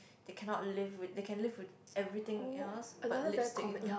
they cannot live with they can live with everything else but lipstick is one